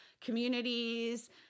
communities